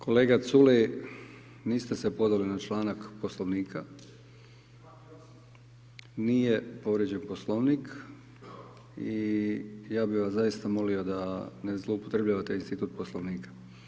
Kolega Culej, niste se pozvali na članak Poslovnika. ... [[Upadica se ne čuje.]] Nije povrijeđen Poslovnik i ja bih vas zaista molio da ne zloupotrjebljavate institut Poslovnika.